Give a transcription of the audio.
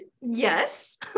yes